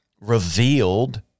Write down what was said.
revealed